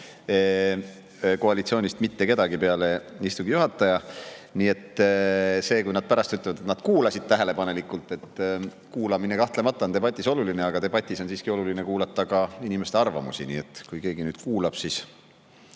koalitsioonist: mitte kedagi peale istungi juhataja. Nii et see, kui nad pärast ütlevad, et nad kuulasid tähelepanelikult … Kuulamine kahtlemata on debatis oluline, aga debatis on siiski oluline [teada saada] ka inimeste arvamusi. Nii et kui keegi nüüd kuulab, siis